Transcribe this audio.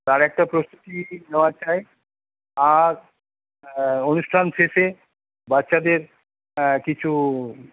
তার একটা প্রস্তুতি নেওয়া যায় আর অনুষ্ঠান শেষে বাচ্চাদের কিছু